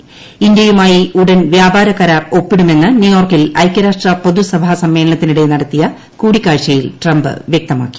് ഇന്ത്യുമായി ഉടൻ വ്യാപാര കരാർ ഒപ്പിടുമെന്ന് ന്യൂയോർക്കിൽ ഐക്യരാഷ്ട്ര പൊതു സഭാ സമ്മേളനത്തിനിടെ നടത്തീയ് കൂടിക്കാഴ്ചയിൽ ട്രംപ് വ്യക്തമാക്കി